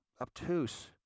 obtuse